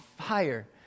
fire